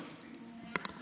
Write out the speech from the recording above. אני אומרת,